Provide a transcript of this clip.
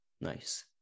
Nice